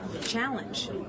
challenge